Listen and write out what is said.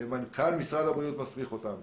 שמנכ"ל משרד הבריאות מסמיך אותם.